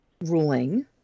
ruling